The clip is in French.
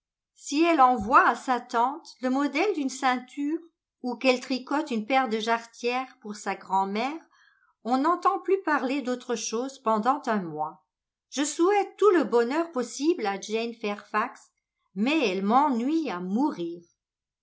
si elle envoie à sa tante le modèle d'une ceinture ou qu'elle tricote une paire de jarretières pour sa grand'mère on n'entend plus parler d'autre chose pendant un mois je souhaite tout le bonheur possible à jane fairfax mais elle m'ennuie à mourir